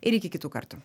ir iki kitų kartų